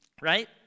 Right